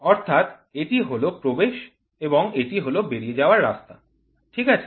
অর্থাৎ এটি হল প্রবেশ এবং এটি হল বেরিয়ে যাওয়ার রাস্তা ঠিক আছে